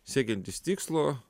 siekiantys tikslo